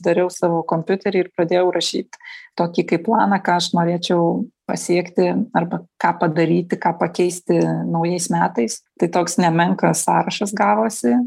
dariau savo kompiuterį ir padėjau rašyt tokį kai planą ką aš norėčiau pasiekti arba ką padaryti ką pakeisti naujais metais tai toks nemenkas sąrašas gavosi